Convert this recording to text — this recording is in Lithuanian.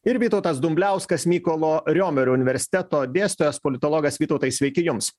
ir vytautas dumbliauskas mykolo riomerio universiteto dėstytojas politologas vytautai sveiki jums